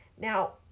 Now